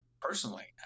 personally